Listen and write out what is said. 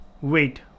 Wait